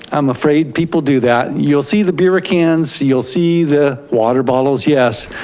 i'm afraid people do that, you'll see the beer cans, you'll see the water bottles, yes,